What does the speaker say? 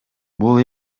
бул